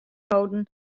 holden